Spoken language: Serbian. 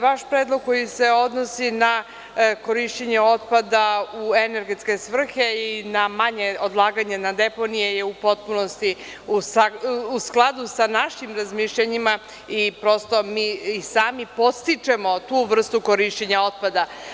Vaš predlog koji se odnosi na korišćenje otpada u energetske svrhe i na manje odlaganje na deponije je u potpunosti u skladu sa našim razmišljanjima i sami podstičemo tu vrstu korišćenja otpada.